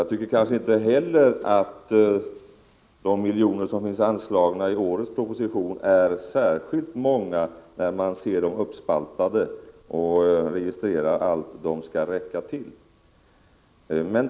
Jag tycker inte heller att de miljoner som anslås i årets budgetproposition är särskilt många, när man registrerar hur de skall spaltas upp och allt som de skall räcka till.